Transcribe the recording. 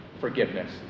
forgiveness